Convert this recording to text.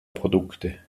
produkte